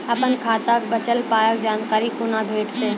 अपन खाताक बचल पायक जानकारी कूना भेटतै?